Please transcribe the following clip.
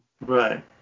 Right